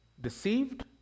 deceived